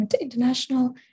International